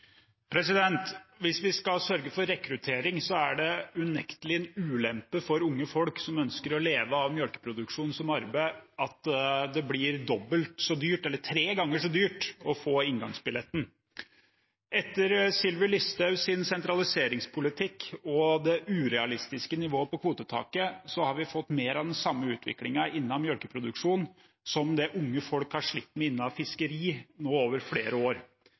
Hvis vi skal sørge for rekruttering, er det unektelig en ulempe for unge folk som ønsker å leve av melkeproduksjon som arbeid, at det blir tre ganger så dyrt å få inngangsbillett. Etter Sylvi Listhaugs sentraliseringspolitikk og det urealistiske nivået på kvotetaket har vi nå fått mer av den samme utviklingen innen melkeproduksjon som det unge folk har slitt med innen fiskeri, over flere år.